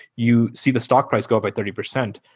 you see the stock price go up by thirty percent.